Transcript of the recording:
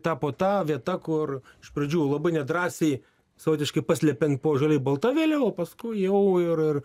tapo ta vieta kur iš pradžių labai nedrąsiai savotiškai paslepiant po žaliai balta vėliava o paskui jau ir